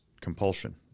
compulsion